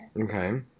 okay